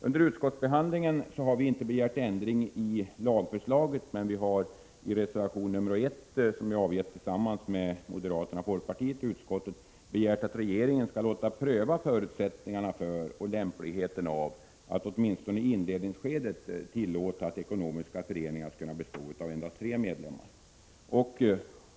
Under utskottsbehandlingen har vi inte begärt ändring i lagförslaget, men vi har i reservation 1, avgiven tillsammans med moderaterna och folkpartisterna i utskottet, begärt att regeringen skall låta pröva förutsättningarna för och lämpligheten av att åtminstone i inledningsskedet tillåta att ekonomiska föreningar består av endast tre medlemmar.